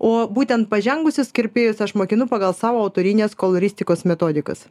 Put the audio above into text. o būtent pažengusius kirpėjus aš mokinu pagal savo autorines koloristikos metodikas